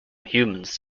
humans